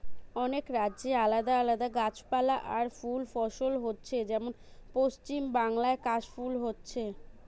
অনেক রাজ্যে আলাদা আলাদা গাছপালা আর ফুল ফসল হচ্ছে যেমন পশ্চিমবাংলায় কাশ ফুল হচ্ছে